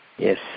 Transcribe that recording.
Yes